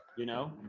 you know.